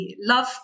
love